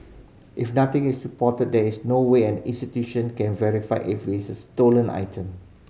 if nothing is reported there is no way an institution can verify if it's stolen item